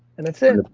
and that's it,